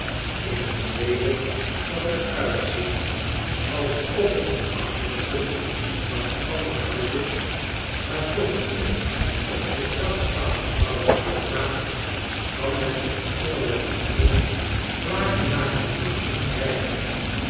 in t tweede dat er uitziet alsof het een achterstuk van een ander huis is maar toch een op zich zelf staand gebouw uitmaakt kan men op allerlei manieren klaargemaakte oesters kriigen